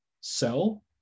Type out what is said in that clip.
sell